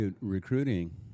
Recruiting